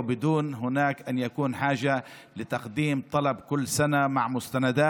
ובלי שיהיה צורך להגיש בקשה בכל שנה עם מסמכים.